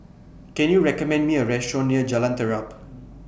Can YOU recommend Me A Restaurant near Jalan Terap